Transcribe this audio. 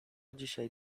dzisiaj